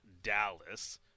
Dallas